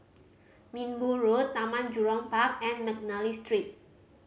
Minbu Road Taman Jurong Park and McNally Street